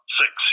six